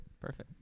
Perfect